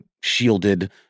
shielded